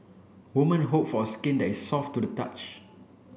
women hope for skin that is soft to the touch